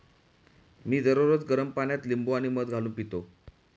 मी दररोज गरम पाण्यात लिंबू आणि मध घालून पितो